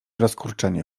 rozkurczenie